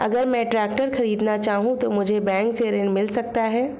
अगर मैं ट्रैक्टर खरीदना चाहूं तो मुझे बैंक से ऋण मिल सकता है?